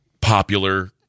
popular